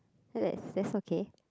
that's that's okay